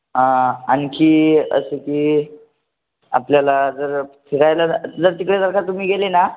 आणखी असं की आपल्याला जर फिरायला जर जर तिकडे जर का तुम्ही गेले ना